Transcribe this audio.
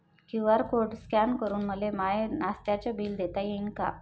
QR code scan करून मले माय नास्त्याच बिल देता येईन का?